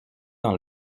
dans